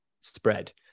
spread